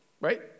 right